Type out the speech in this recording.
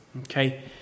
Okay